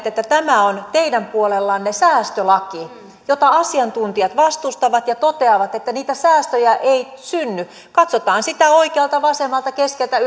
että tämä on teidän puoleltanne säästölaki jota asiantuntijat vastustavat ja toteavat että niitä säästöjä ei synny katsotaan sitä oikealta vasemmalta keskeltä